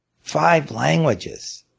five languages.